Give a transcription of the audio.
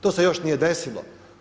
To se još nije desilo.